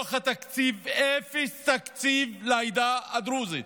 בתוך התקציב, אפס תקציב לעדה הדרוזית.